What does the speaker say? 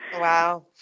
Wow